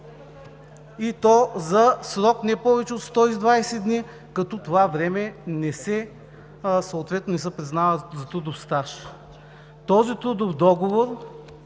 и то за срок не повече от 120 дни, като това време съответно не се признава за трудов стаж. По този трудов договор,